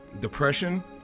depression